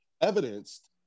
evidenced